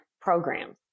programs